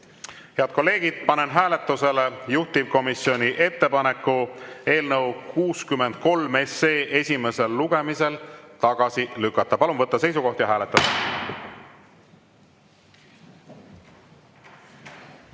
kolleegid! Panen hääletusele juhtivkomisjoni ettepaneku eelnõu 63 esimesel lugemisel tagasi lükata. Palun võtta seisukoht ja hääletada!